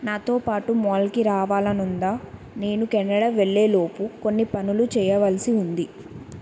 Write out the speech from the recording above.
నాతో పాటు మాల్కి రావాలని ఉందా నేను కెనడా వెళ్ళేలోపు కొన్ని పనులు చేయవలసి ఉంది